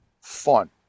fun